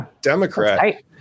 Democrat